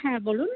হ্যাঁ বলুন